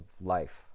life